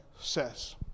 says